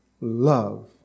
love